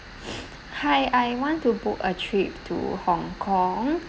hi I want to book a trip to Hong-Kong